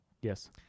Yes